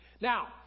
Now